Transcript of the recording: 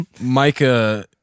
Micah